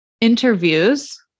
interviews